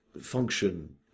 function